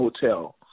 Hotel